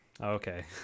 Okay